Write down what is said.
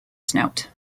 snout